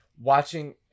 watching